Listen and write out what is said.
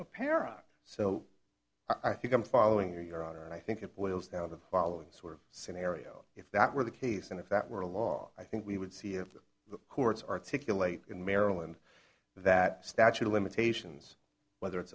apparent so i think i'm following your honor and i think it boils down to the following sort of scenario if that were the case and if that were along i think we would see if the courts articulate in maryland that statute of limitations whether it's